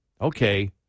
okay